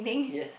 yes